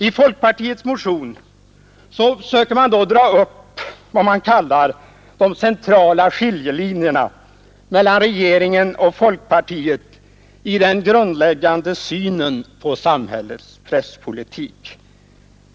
I folkpartiets motion söker man dra upp de centrala skiljelinjerna mellan regeringen och folkpartiet i den grundläggande synen på samhällets presspolitik.